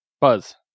Buzz